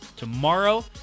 Tomorrow